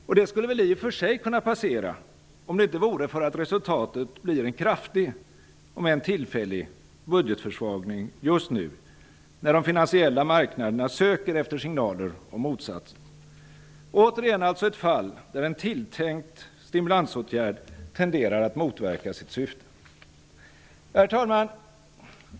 Och det skulle väl i och för sig kunna passera, om det inte vore för att resultatet blir en kraftig -- om än tillfällig -- budgetförsvagning just nu, när de finansiella marknaderna söker efter signaler om motsatsen. Återigen alltså ett fall där en tilltänkt stimulansåtgärd tenderar att motverka sitt syfte. Herr talman!